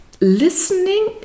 listening